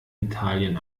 italien